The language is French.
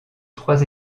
trois